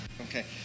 Okay